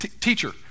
teacher